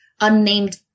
unnamed